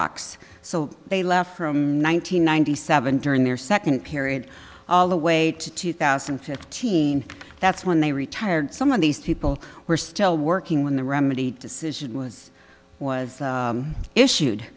xerox so they left from one nine hundred ninety seven during their second period all the way to two thousand and fifteen that's when they retired some of these people were still working when the remedy decision was was issued